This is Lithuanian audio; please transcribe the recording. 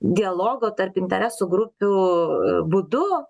dialogo tarp interesų grupių būdu